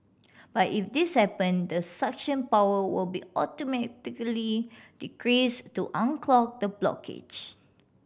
but if this happen the suction power will be automatically increase to unclog the blockage